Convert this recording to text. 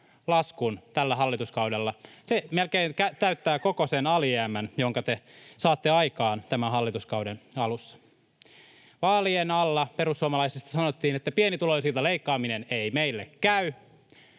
laskun tällä hallituskaudella. Se melkein täyttää koko sen alijäämän, jonka te saatte aikaan tämän hallituskauden alussa. Vaalien alla perussuomalaisista sanottiin, että ”pienituloisilta leikkaaminen ei meille käy”.